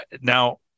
now